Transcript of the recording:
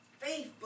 Faith